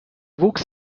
wuchs